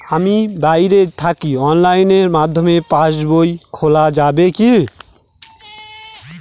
আমি বাইরে থাকি অনলাইনের মাধ্যমে পাস বই খোলা যাবে কি?